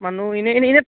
মানুহ এনে এনেই